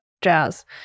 jazz